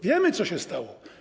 Wiemy, co się stało.